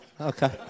Okay